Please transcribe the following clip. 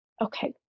Okay